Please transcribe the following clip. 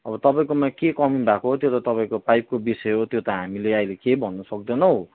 अब तपाईँकोमा के कमी भएको हो त्यो त तपाईँको पाइपको विषय हो त्यो त हामीले अहिले केही भन्नु सक्दैनौँ